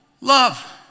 Love